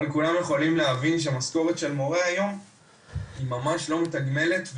אבל כולם יכולים להבין שהמשכורת של מורה היום ממש לא מתגמלת,